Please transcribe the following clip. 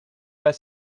pas